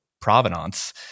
provenance